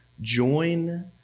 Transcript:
Join